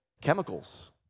chemicals